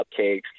cupcakes